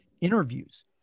interviews